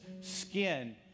skin